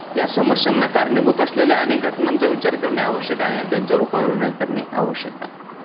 या समस्यांना कारणीभूत असलेल्या अनेक घटनांचा विचार करणे आवश्यक आहे आणि त्यांच्यावर उपाययोजनाही करणे आवश्यक आहे